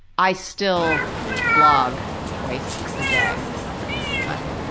i still blog twice a day no matter what.